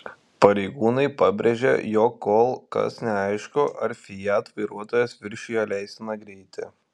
pareigūnai pabrėžė jog kol kas neaišku ar fiat vairuotojas viršijo leistiną greitį